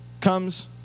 comes